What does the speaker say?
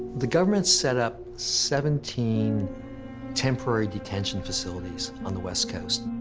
the government set up seventeen temporary detention facilities on the west coast.